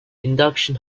induction